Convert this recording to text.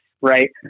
right